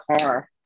car